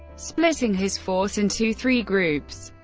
splitting his force into three groups,